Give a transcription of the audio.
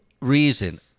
reason